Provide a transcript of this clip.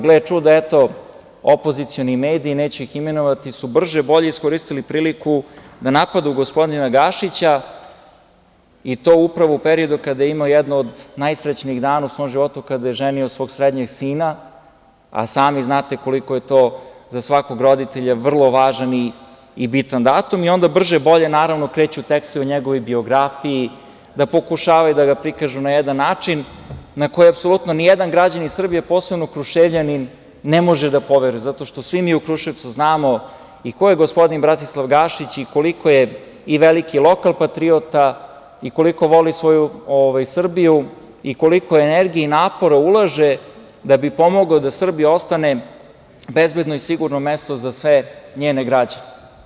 Gle čuda, eto, opozicioni mediji, neću ih imenovati, su brže-bolje iskoristili priliku da napadnu gospodina Gašića, i to upravo u periodu kada je imao jedan od najsrećnijih dana u svom životu, kada je ženio svog srednjeg sina, a sami znate koliko je to za svakog roditelja vrlo važan i bitan datum, i onda brže-bolje kreću tekstovi o njegovoj biografiji, pokušavaju da ga prikažu na jedan način u koji apsolutno ni jedan građanin Srbije, posebno Kruševljanin, ne može da poveruje, zato što svi mi u Kruševcu znamo i ko je gospodin Bratislav Gašić i koliko je veliki lokal-patriota i koliko voli svoju Srbiju i koliko energije i napora ulaže da bi pomogao da Srbija postane bezbedno i sigurno mesto za sve njene građane.